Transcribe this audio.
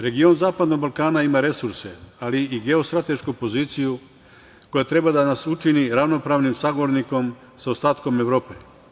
Region zapadnog Balkana ima resurse, ali i geostratešku poziciju koja treba da nas učini ravnopravnim sagovornikom sa ostatkom Evrope.